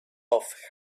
off